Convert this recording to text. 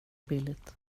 billigt